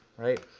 right.